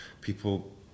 people